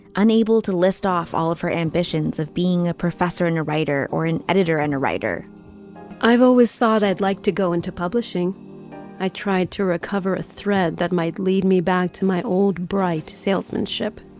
unable to list off all of her ambitions of being a professor and a writer or an editor and a writer i've always thought i'd like to go into publishing i tried to recover a thread that might lead me back to my old bright salesmanship.